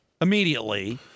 immediately